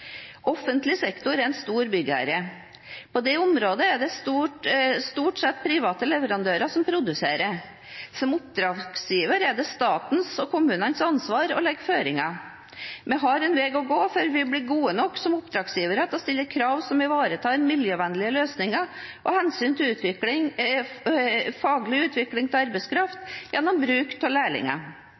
Offentlig sektor er en stor byggherre. På dette området er det stort sett private leverandører som produserer. Som oppdragsgiver er det statens og kommunenes ansvar å legge føringer. Vi har en vei å gå før vi blir gode nok som oppdragsgivere til å stille krav som ivaretar miljøvennlige løsninger og hensyn til faglig utvikling av arbeidskraft gjennom bruk av lærlinger.